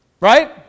Right